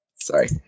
sorry